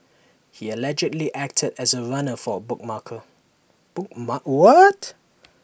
he allegedly acted as A runner for A bookmaker book mark what